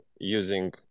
using